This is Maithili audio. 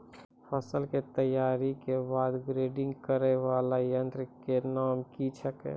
फसल के तैयारी के बाद ग्रेडिंग करै वाला यंत्र के नाम की छेकै?